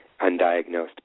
undiagnosed